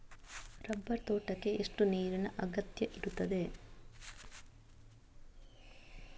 Rubber ತೋಟಕ್ಕೆ ಎಷ್ಟು ನೀರಿನ ಅಗತ್ಯ ಇರುತ್ತದೆ?